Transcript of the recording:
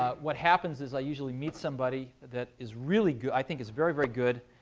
ah what happens is, i usually meet somebody that is really good i think is very, very good.